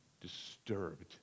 disturbed